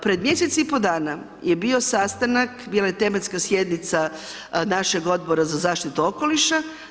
Pred mjesec i pol dana je bio sastanak, bila je tematska sjednica našeg odbora za zaštitu okoliša.